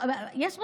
יש רשימה.